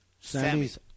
Sammy's